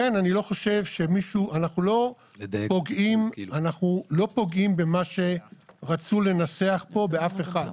אנחנו לא פוגעים במה שרצו לנסח פה באף אחד,